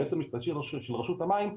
היועץ המשפטי של רשות המים,